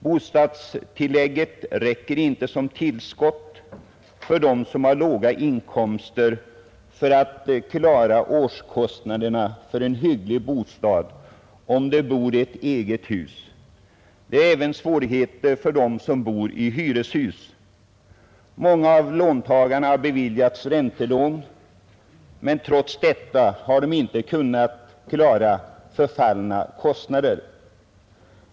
Bostadstillägget räcker inte som tillskott för dem som har låga inkomster för att klara årskostnaderna för en hygglig bostad, om de bor i ett eget hus. Det är även svårigheter för dem som bor i hyreshus. Många av låntagarna har beviljats räntelån, men trots detta har de inte kunnat klara förfallna kostnader.